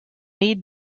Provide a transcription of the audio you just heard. need